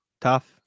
Tough